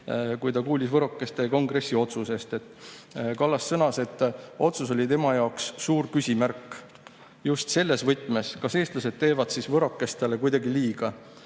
kui ta kuulis võrokeste kongressi otsusest –, et otsus oli tema jaoks suur küsimärk just selles võtmes, kas eestlased teevad siis võrokestele kuidagi liiga.